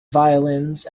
violins